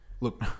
Look